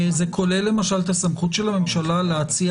זה כולל למשל את הסמכות של הממשלה להציע